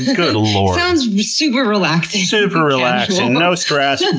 good lord. sounds super relaxing. super and relaxing, no stress, and